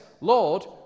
Lord